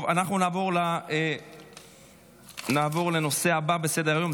טוב, אנחנו נעבור לנושא הבא בסדר-היום.